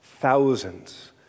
thousands